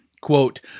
Quote